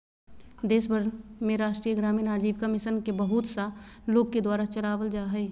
देश भर में राष्ट्रीय ग्रामीण आजीविका मिशन के बहुत सा लोग के द्वारा चलावल जा हइ